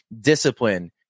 discipline